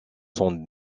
sans